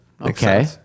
Okay